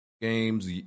games